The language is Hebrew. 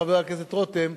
חבר הכנסת רותם,